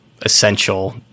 essential